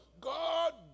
God